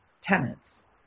tenants